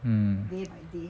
mm